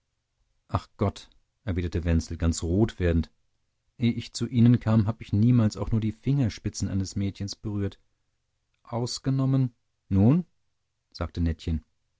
ach gott erwiderte wenzel ganz rot werdend eh ich zu ihnen kam habe ich niemals auch nur die fingerspitzen eines mädchens berührt ausgenommen nun sagte nettchen